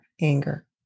anger